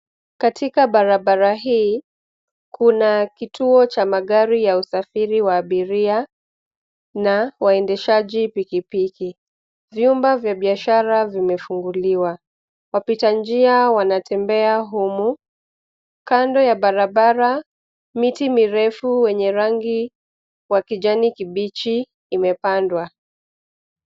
Katika barabara hii, kuna kituo cha magari ya usafiri wa abiria, na waendeshaji pikipiki. Vyumba vya biashara vimefunguliwa. Wapita njia wanatembea humu. Kando ya barabara, miti mirefu wenye rangi wa kijani kibichi imepandwa.